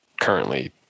currently